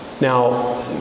Now